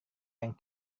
yang